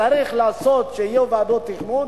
צריך לעשות שיהיו ועדות תכנון,